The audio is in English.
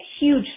huge